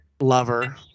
lover